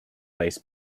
bass